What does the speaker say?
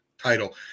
title